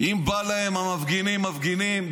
אם בא להם המפגינים מפגינים.